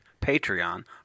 Patreon